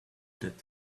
that